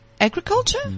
Agriculture